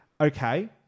okay